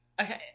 okay